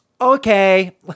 Okay